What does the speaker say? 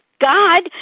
God